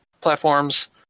platforms